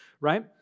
right